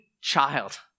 child